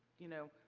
you know,